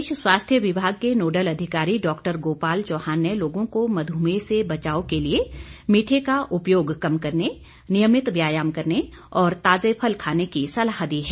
प्रदेश स्वास्थ्य विभाग के नोडल अधिकारी डॉक्टर गोपाल चौहान ने लोगों को मधुमेह से बचाव के लिए मीठे का उपयोग कम करने नियमित व्यायाम करने और ताजे फल खाने की सलाह दी है